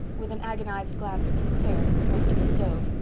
with an agonized glance at st. clair, went to the stove,